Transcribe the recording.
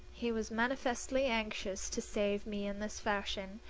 he was manifestly anxious to save me in this fashion.